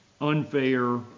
unfair